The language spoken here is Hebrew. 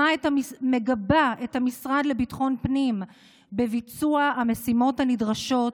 מגבה את המשרד לביטחון הפנים בביצוע המשימות הנדרשות,